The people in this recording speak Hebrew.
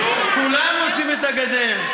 כולם רוצים את הגדר.